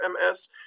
MS